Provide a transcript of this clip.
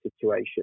situation